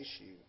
issue